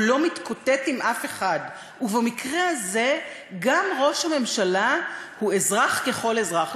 הוא לא מתקוטט עם אף אחד ובמקרה הזה גם ראש הממשלה הוא אזרח ככל אזרח.